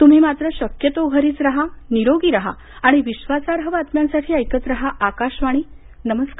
तुम्ही मात्र शक्यतो घरीच राहा निरोगी राहा आणि विश्वासार्ह बातम्यांसाठी ऐकत राहा आकाशवाणी नमस्कार